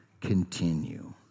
continue